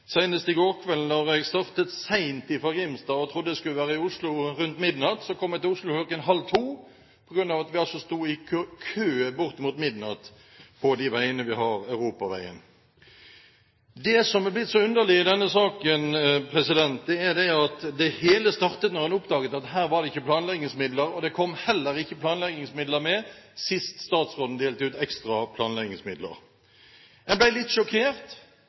I går kveld, da jeg startet sent fra Grimstad og trodde jeg skulle være i Oslo rundt midnatt, kom jeg til Oslo klokken halv to, på grunn av at vi sto i kø ved midnatt på de strekningene der vi har europavei. Det som er så underlig i denne saken, er at det hele startet da man oppdaget at det ikke var planleggingsmidler, og at det heller ikke kom planleggingsmidler med da statsråden sist delte ut ekstra planleggingsmidler. Jeg ble litt sjokkert.